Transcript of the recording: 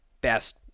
best